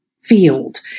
field